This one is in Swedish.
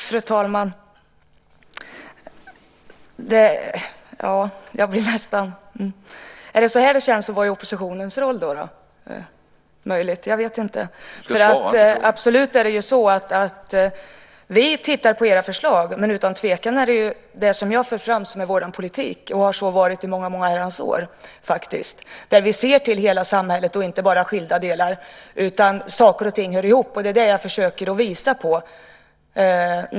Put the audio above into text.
Fru talman! Är det så här det känns att vara i oppositionens roll? Det är möjligt - jag vet inte. Det är absolut så att vi tittar på era förslag, men utan tvekan är det det som jag för fram som är vår politik och som har så varit i många herrans år. Vi ser till hela samhället, och inte bara till skilda delar. Saker och ting hör ihop, och det är det jag försöker visa.